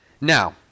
Now